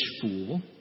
fool